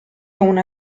una